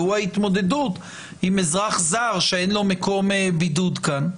והוא ההתמודדות עם אזרח זר שאין לו מקום בידוד כאן.